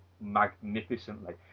magnificently